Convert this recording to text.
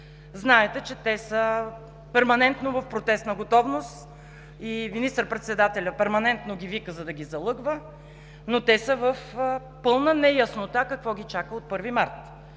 Знаете, че те са перманентно в протестна готовност и министър-председателят перманентно ги вика, за да ги залъгва, но те са в пълна неяснота какво ги чака от 1 март